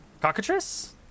Cockatrice